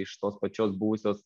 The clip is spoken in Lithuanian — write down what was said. iš tos pačios buvusios